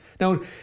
Now